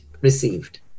received